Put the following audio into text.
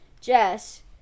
Jess